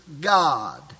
God